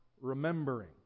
remembering